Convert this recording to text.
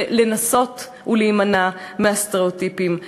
ולנסות להימנע מהסטריאוטיפים.